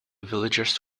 villagers